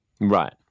Right